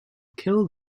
kill